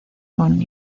con